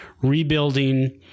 rebuilding